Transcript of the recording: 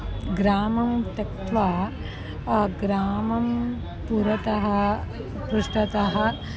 ग्रामं त्यक्त्वा ग्रामं पुरतः पृष्ठतः